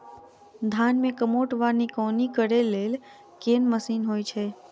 धान मे कमोट वा निकौनी करै लेल केँ मशीन होइ छै?